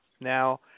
now